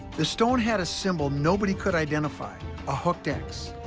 the stone had a symbol nobody could identify a hooked x.